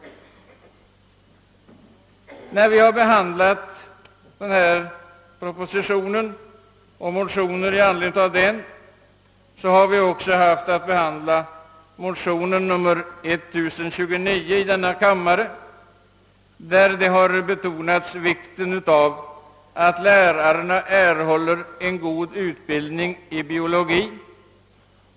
I samband med behandlingen av propositionen och därav föranledda motioner har vi också haft att behandla motionen nr II:1029 i vilken betonas vikten av att lärarna erhåller en god utbildning i biologi.